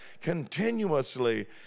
continuously